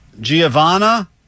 Giovanna